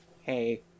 hey